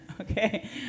Okay